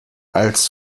als